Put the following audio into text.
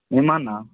నిమన్న